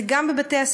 זה גם בבתי-הספר,